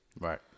Right